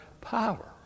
power